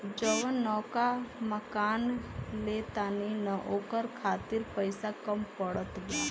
जवन नवका मकान ले तानी न ओकरा खातिर पइसा कम पड़त बा